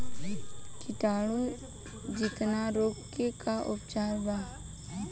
कीटाणु जनित रोग के का उपचार बा?